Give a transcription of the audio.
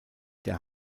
der